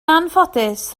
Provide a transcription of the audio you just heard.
anffodus